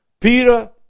Peter